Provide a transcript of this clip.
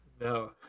No